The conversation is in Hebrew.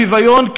השוויון,